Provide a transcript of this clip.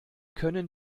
können